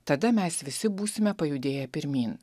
tada mes visi būsime pajudėję pirmyn